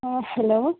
ആ ഹലോ